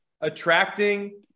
attracting